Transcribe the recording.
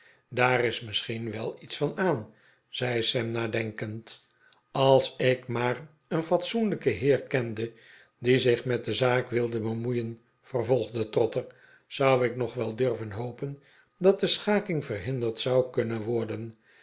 daar is misschien wel iets van aan zei sam nadenkend als ik maar een fatsoenlijken heer kende die zich met de zaak wilde bemoeien vervolgde trotter zou ik nog wel durven hopen dat de schaking verhinderd zou kunnen worden